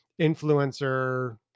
influencer